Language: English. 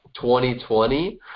2020